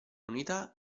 unità